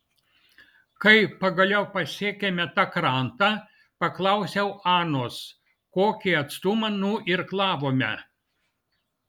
kai pagaliau pasiekėme tą krantą paklausiau anos kokį atstumą nuirklavome